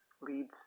leads